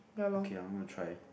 okay I'm gonna try